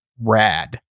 rad